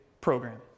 program